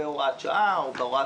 בין בהוראת שעה ובין בהוראה